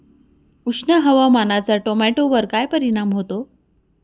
उष्ण हवामानाचा टोमॅटोवर काय परिणाम होतो?